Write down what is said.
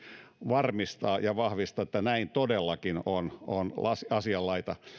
varmistaa ja vahvistaa että näin todellakin on on asian laita